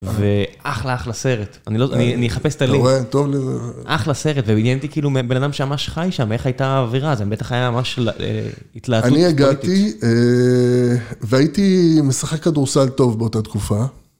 ואחלה אחלה סרט, אני אחפש את הלינק, אחלה סרט ועניין אותי כאילו מבן אדם שממש חי שם, איך הייתה האווירה, זה בטח היה ממש התלהטות פוליטית. אני הגעתי, והייתי משחק כדורסל טוב באותה תקופה.